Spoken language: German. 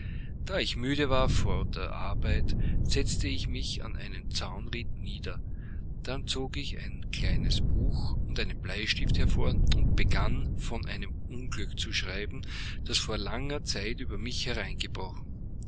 ich müde war von der arbeit setzte ich mich an einem zauntritt nieder dann zog ich ein kleines buch und einen bleistift hervor und begann von einem unglück zu schreiben das vor langer zeit über mich hereingebrochen